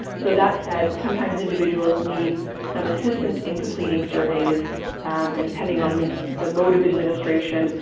so, that said, sometimes individuals need some assistance in completing surveys and depending on the mode of administration,